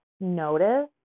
notice